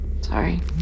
sorry